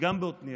גם בעתניאל,